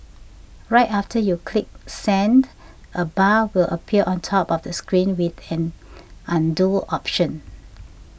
right after you click send a bar will appear on top of the screen with an Undo option